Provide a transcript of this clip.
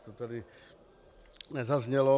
To tady nezaznělo.